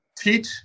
teach